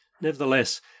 Nevertheless